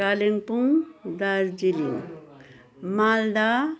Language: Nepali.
कालिम्पोङ दार्जिलिङ मालदा